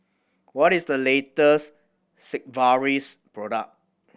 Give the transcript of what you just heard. what is the latest Sigvaris product